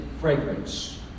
fragrance